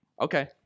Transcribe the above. Okay